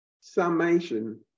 summation